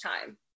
time